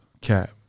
Cap